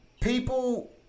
People